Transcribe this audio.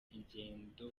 ingendo